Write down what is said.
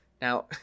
Now